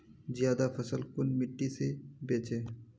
ज्यादा फसल कुन मिट्टी से बेचे?